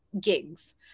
gigs